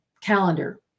calendar